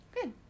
Good